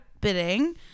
bidding